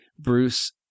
Bruce